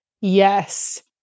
Yes